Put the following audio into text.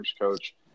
coach